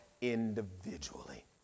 individually